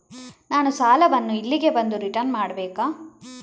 ನಾನು ಸಾಲವನ್ನು ಇಲ್ಲಿಗೆ ಬಂದು ರಿಟರ್ನ್ ಮಾಡ್ಬೇಕಾ?